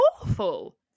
awful